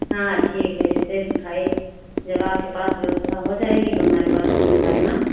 हाँ ठीक है जैसे भाई जब आपके व्यवस्था हो जाएगी तो हमारे पास फोन करना